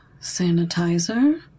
sanitizer